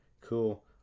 Cool